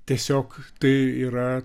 tiesiog tai yra